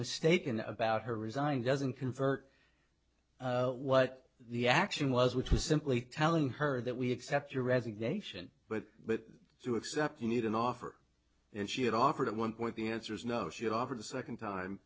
mistaken about her resign doesn't convert what the action was which was simply telling her that we accept your resignation but but to accept you need an offer and she had offered at one point the answer is no she offered a second time